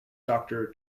doctor